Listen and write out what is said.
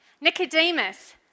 Nicodemus